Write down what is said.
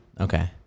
Okay